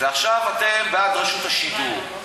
ועכשיו אתם בעד רשות השידור,